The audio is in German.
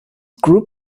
group